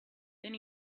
then